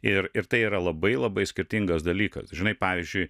ir ir tai yra labai labai skirtingas dalykas žinai pavyzdžiui